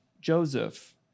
Joseph